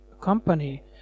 company